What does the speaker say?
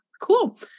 Cool